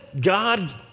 God